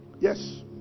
Yes